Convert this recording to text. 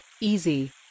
easy